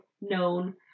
known